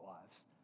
lives